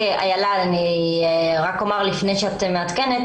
רק אומר לפני שאת מעדכנת,